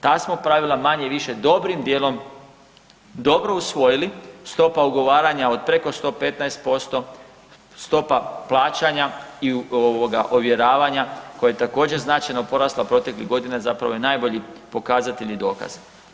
Ta smo pravila manje-više dobrim dijelom dobro usvojili, stopa ugovaranja od preko 115%, stopa plaćanja i ovjeravanja koja je također značajno porasla proteklih godina zapravo je najbolji pokazatelj i dokaz.